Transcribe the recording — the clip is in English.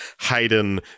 Hayden